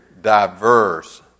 diverse